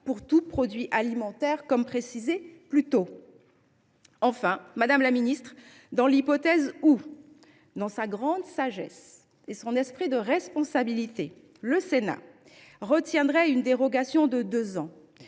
pour tout produit alimentaire », comme je l’ai précisé plus tôt. Enfin, madame la ministre, dans l’hypothèse selon laquelle, dans sa grande sagesse et son esprit de responsabilité, le Sénat retiendrait une dérogation de deux ans,